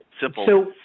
simple